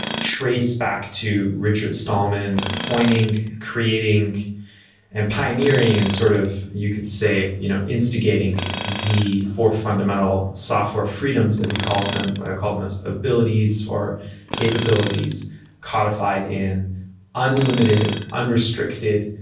trace back to richard stallman coining, creating and pioneering and sort of you could say you know instigating the four fundamental software freedoms as he calls them, what i call them as abilities or capabilities codified in unlimited, unrestricted,